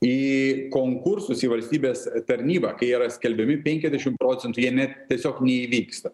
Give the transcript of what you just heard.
į konkursus į valstybės tarnybą kai jie yra skelbiami penkiasdešim procentų jie net tiesiog neįvyksta